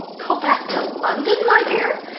go back to london, my dear?